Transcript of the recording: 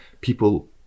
people